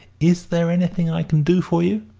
is there anything i can do for you?